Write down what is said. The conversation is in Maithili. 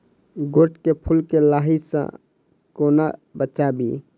गोट केँ फुल केँ लाही सऽ कोना बचाबी?